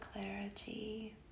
clarity